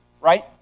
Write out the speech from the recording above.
right